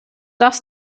das